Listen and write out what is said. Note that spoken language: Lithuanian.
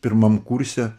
pirmam kurse